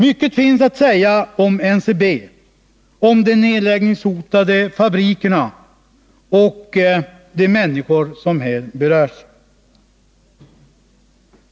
Mycket finns att säga om NCB, om de nedläggningshotade fabrikerna och om de människor som här berörs.